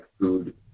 food